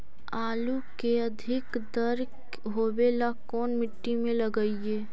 आलू के अधिक दर होवे ला कोन मट्टी में लगीईऐ?